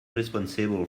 responsible